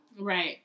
right